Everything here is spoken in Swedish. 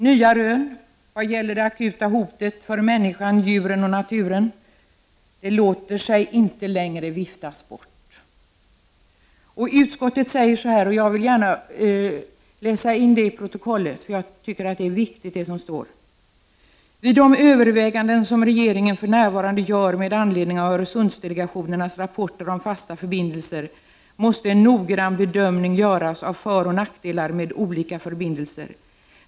Nya rön vad gäller det akuta hotet för människan, djuren och naturen låter sig inte längre viftas bort. Jag vill gärna läsa in till protokollet vad utskottet säger, för jag tycker det är viktigt: ”Vid de överväganden som regeringen för närvarande gör med anledning av Öresundsdelegationernas rapporter om fasta förbindelser måste en noggrann bedömning göras av föroch nackdelar med olika förbindelser.